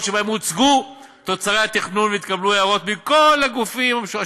שבהן הוצגו תוצרי התכנון והתקבלו הערות מכל הגופים השותפים.